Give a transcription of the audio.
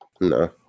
No